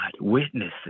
witnesses